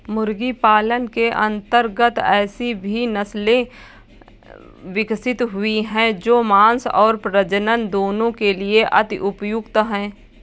मुर्गी पालन के अंतर्गत ऐसी भी नसले विकसित हुई हैं जो मांस और प्रजनन दोनों के लिए अति उपयुक्त हैं